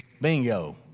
Bingo